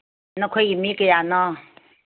ꯅꯈꯣꯏꯒꯤ ꯃꯤ ꯀꯌꯥꯅꯣ